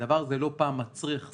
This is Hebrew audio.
הדבר הזה לא פעם מצריך שיח,